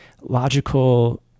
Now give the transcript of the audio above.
logical